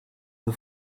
the